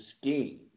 scheme